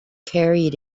carried